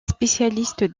spécialiste